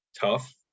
tough